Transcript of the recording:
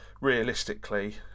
realistically